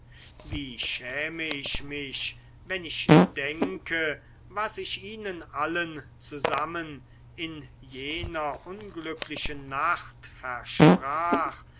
wie schäme ich mich wenn ich denke was ich ihnen allen zusammen in jener unglücklichen nacht versprach